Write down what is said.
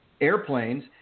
airplanes